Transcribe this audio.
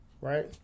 right